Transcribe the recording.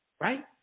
Right